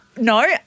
No